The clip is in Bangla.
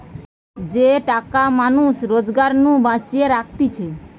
যে টাকা মানুষ রোজগার নু বাঁচিয়ে রাখতিছে